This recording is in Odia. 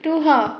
ତୁହ